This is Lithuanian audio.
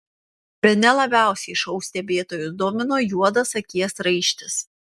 bene labiausiai šou stebėtojus domino juodas akies raištis